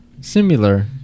Similar